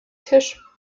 tisch